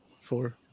Four